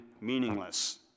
meaningless